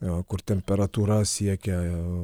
kur temperatūra siekia